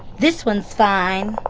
this one's fine.